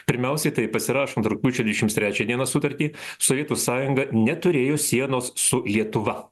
pirmiausia tai pasirašant rugpjūčio dvidešimt trečią dieną sutartį sovietų sąjunga neturėjo sienos su lietuva